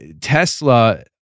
Tesla